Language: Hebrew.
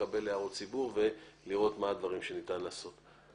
לקבל הערות ציבור ולראות מה הדברים שניתן לעשות.